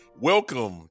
Welcome